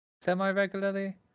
semi-regularly